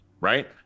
right